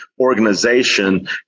organization